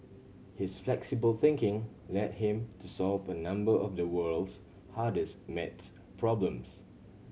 his flexible thinking led him to solve a number of the world's hardest maths problems